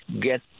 get